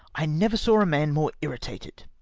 i never saw a man more irritated.